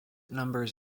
numbers